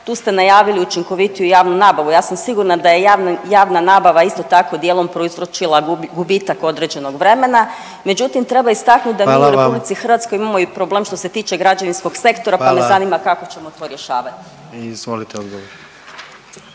Tu ste najavili učinkovitiju javnu nabavu. Ja sam sigurna da je javna nabava isto tako dijelom prouzročila gubitak određenog vremena. Međutim, treba istaknuti da mi u RH …/Upadica: Hvala vam./… imamo i problem što se tiče građevinskog sektora …/Upadica: Hvala./… pa me zanima kako ćemo to rješavati. **Jandroković,